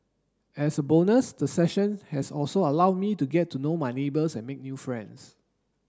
as a bonus the sessions has also allowed me to get to know my neighbours and make new friends